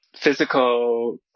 physical